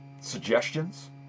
suggestions